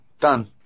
Done